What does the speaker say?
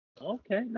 Okay